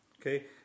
Okay